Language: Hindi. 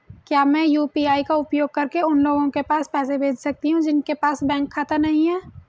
क्या मैं यू.पी.आई का उपयोग करके उन लोगों के पास पैसे भेज सकती हूँ जिनके पास बैंक खाता नहीं है?